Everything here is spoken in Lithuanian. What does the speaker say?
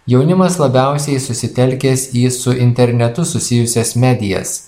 jaunimas labiausiai susitelkęs į su internetu susijusias medijas